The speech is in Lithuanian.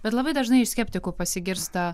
bet labai dažnai iš skeptikų pasigirsta